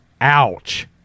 Ouch